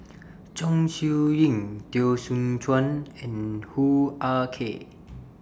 Chong Siew Ying Teo Soon Chuan and Hoo Ah Kay